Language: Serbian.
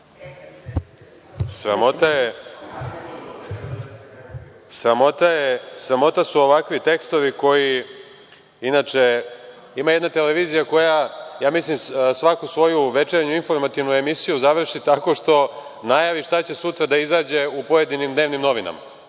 Sramota su ovakvi tekstovi koji … Inače, ima jedna televizija koja, mislim, da svaku svoju večernju informativnu emisiju završi tako što najavi šta će sutra da izađe u pojedinim dnevnim novinama.